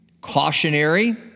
cautionary